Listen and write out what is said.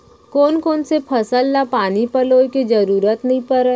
कोन कोन से फसल ला पानी पलोय के जरूरत नई परय?